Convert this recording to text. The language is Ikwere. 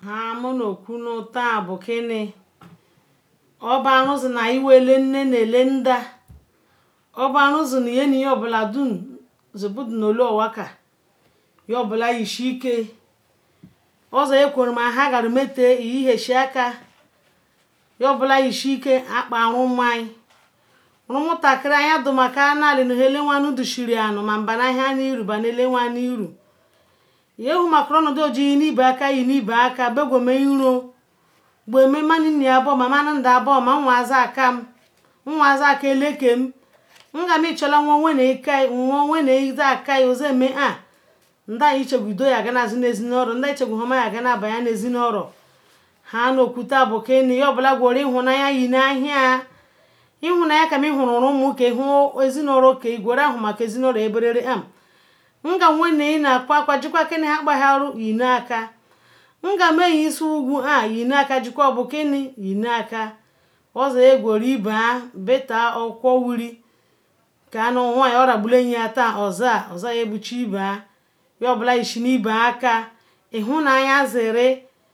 nhan monukwu tan bu kin obo arouzi nu al nne nu ale nda obo arou zinu ye nu yo bola don nu ala owa ye bula yishi iken osi yen bola kwe a nnan jiri ziri yishi aker you bola ishi ken akparumin rumutakiri ayin do na eli nu nhan elawen u do yirinu mabanu ehen nu iri banu elawan nu iru ya humakaru oyin jin ishi iban aker bel gumen iron gumen nu nu nneya boma ma nu neka boma bel gumen nwou ngam echula nwon wene kene nda iche nu do ya zil nu oro nda iche nu huoma ya bayin oro hanno kwa yon yin na hen ihunayin kem ihuron ezi nu oro ke guru ezi nayin hun nu oro yin berem am ngun wene na quon jik-wahia yinnaka nga eyin nuso yin naker ozi yin guru iban sotal lele okwakwa wiri ka ko wai orabolaji orzi yin buchi iban yobola yeshi nu iben aker ihunayin ziri